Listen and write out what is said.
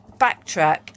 backtrack